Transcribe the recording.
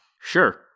Sure